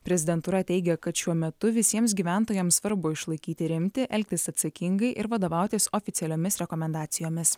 prezidentūra teigia kad šiuo metu visiems gyventojams svarbu išlaikyti rimtį elgtis atsakingai ir vadovautis oficialiomis rekomendacijomis